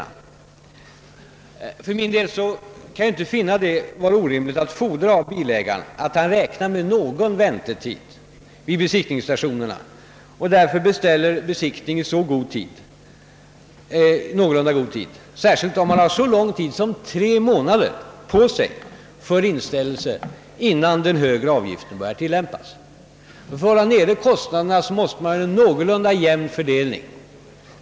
För min del kan jag inte finna det vara orimligt att fordra av bilägaren att han räknar med någon väntetid vid besiktningsstationerna och därför beställer besiktning i någorlunda god tid, sär skilt om han har så lång tid som tre månader på sig för inställelse, innan den högre avgiften börjar tillämpas. För att kunna hålla kostnaderna nere måste man ha en någorlunda jämn fördelning.